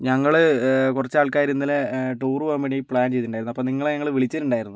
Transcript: ഞങ്ങൾ കുറച്ച് ആൾക്കാർ ഇന്നലെ ടൂർ പോകുവാൻ വേണ്ടി പ്ലാൻ ചെയ്തിട്ടുണ്ടായിരുന്നു അപ്പോൾ നിങ്ങളെ ഞങ്ങൾ വിളിച്ചിട്ടുണ്ടായിരുന്നു